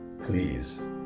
please